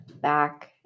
back